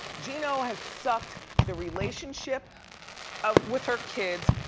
geno has sucked the relationship ah with her kids.